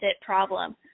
problem